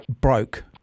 broke